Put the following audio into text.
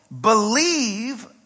believe